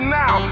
now